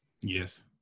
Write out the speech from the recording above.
Yes